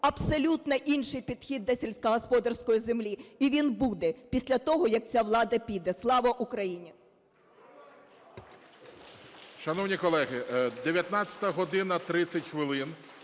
абсолютно інший підхід до сільськогосподарської землі і він буде після того, як ця влада піде. Слава Україні!